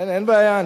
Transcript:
אין בעיה.